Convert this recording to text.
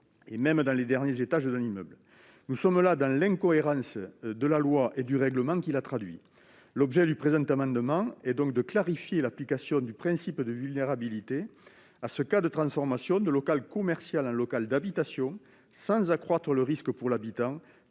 même dans les derniers étages d'un immeuble. Nous sommes là dans l'incohérence de la loi et du règlement qui la traduit. L'objet du présent amendement est de clarifier l'application du principe de vulnérabilité à ce cas de transformation de local commercial en local d'habitation, sans accroître le risque pour l'habitant,